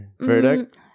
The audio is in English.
verdict